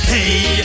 Hey